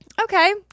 okay